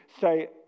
say